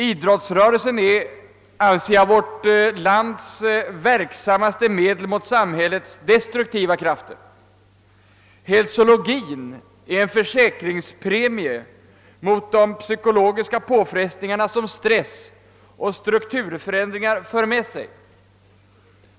Idrottsrörelsen är vårt lands verksammaste medel mot samhällets destruktiva krafter. »Hälsologin» är en försäkringspremie mot de psykologiska påfrestningar som stress och strukturförändringar för med sig.